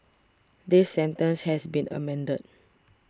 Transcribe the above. this sentence has been amended